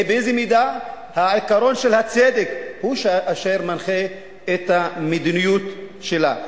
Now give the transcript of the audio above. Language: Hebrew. באיזו מידה העיקרון של הצדק הוא שמנחה את המדיניות שלה?